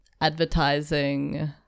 advertising